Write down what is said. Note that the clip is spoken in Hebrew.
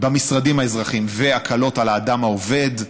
במשרדים האזרחיים והקלות על האדם העובד,